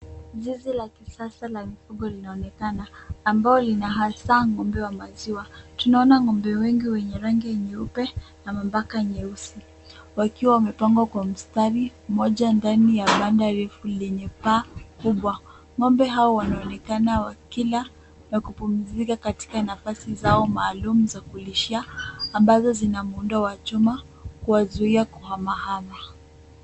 Zizi la kisasa la mifugo linaonekana ambao lina hasa ng'ombe wa maziwa. Tunaona ng'ombe wengi wenye rangi nyeupe na mambaka nyeusi wakiwa wamepangwa kwa mstari moja ndani ya banda refu lenye paa kubwa. Ng'ombe hawa wanaonekana wakila na kupumzika katika nafasi zao maalum za kulishia ambazo zina muundo wa chuma kuwazuia kuhama hama.